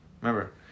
Remember